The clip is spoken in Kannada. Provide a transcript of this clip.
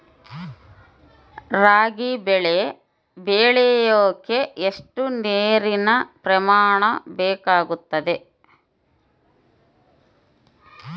ರಾಗಿ ಬೆಳೆ ಬೆಳೆಯೋಕೆ ಎಷ್ಟು ನೇರಿನ ಪ್ರಮಾಣ ಬೇಕಾಗುತ್ತದೆ?